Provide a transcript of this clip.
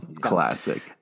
Classic